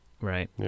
Right